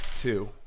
two